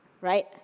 right